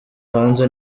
hanze